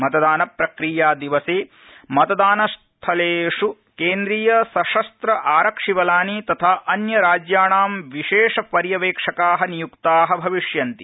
मतदान प्रक्रिया दिवसे मतदान स्थलेष् केंद्रिय सशस्त्र आरक्षि बलानि तथा अन्य राज्याणाम विशेषपर्यवेक्षका नियुक्ता भविष्यन्ति